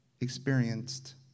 experienced